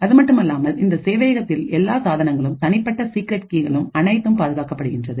அதுமட்டுமல்லாமல் இந்த சேவையகத்தில் எல்லா சாதனத்தின் தனிப்பட்ட சீக்ரெட் கீகள் அனைத்தும் பாதுகாக்கப்படுகின்றது